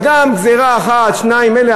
גזירה אחת-שתיים מילא,